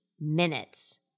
minutes